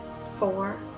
four